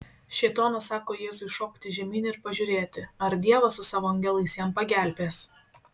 šėtonas sako jėzui šokti žemyn ir pažiūrėti ar dievas su savo angelais jam pagelbės